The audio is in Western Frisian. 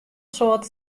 soad